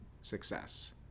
success